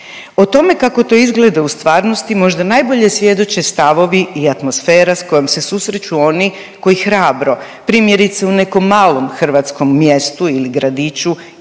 O tome kako to izgleda u stvarnosti možda najbolje svjedoče stavovi i atmosfera s kojom se susreću oni koji hrabro, primjerice u nekom malom hrvatskom mjestu ili gradiću